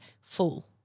full